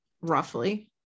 roughly